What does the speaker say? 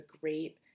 great